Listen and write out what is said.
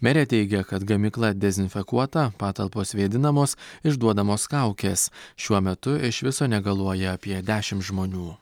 merė teigia kad gamykla dezinfekuota patalpos vėdinamos išduodamos kaukės šiuo metu iš viso negaluoja apie dešimt žmonių